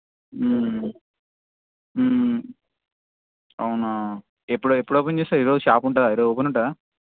అవునా ఎప్పుడు ఎప్పుడు ఓపెన్ చేస్తారు ఈరోజు షాప్ ఉంటుందా ఈరోజు ఓపెన్ ఉంటుందా